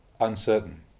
uncertain